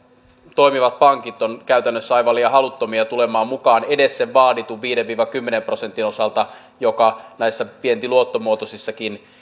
toimivat pankit ovat käytännössä aivan liian haluttomia tulemaan mukaan edes sen vaaditun viiden viiva kymmenen prosentin osalta joka näissä vientiluottomuotoisissakin